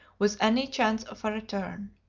with any chance of a return.